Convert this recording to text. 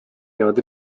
peavad